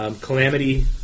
Calamity